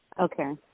Okay